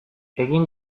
egin